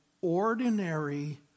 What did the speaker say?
ordinary